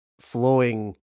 flowing